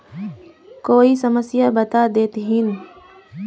कोई समस्या बता देतहिन?